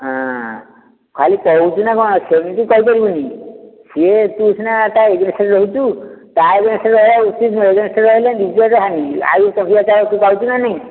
ହଁ ଖାଲି ଖେଳୁଛି ନା କ'ଣ ସେମିତି କହିପାରିବୁନି ସେ ତୁ ସିନା ତା ଏଗେନଷ୍ଟ୍ରେ ରହୁଛୁ ତା ଏଗେନ୍ଷ୍ଟରେ ରହିବା ଉଚିତ ନୁହଁ ନିଜର ହାନି ଆଉ ସୁବିଧା ତୁ ପାଉଛୁ ନା ନାହିଁ